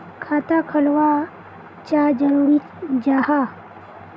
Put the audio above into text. खाता खोलना चाँ जरुरी जाहा?